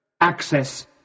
access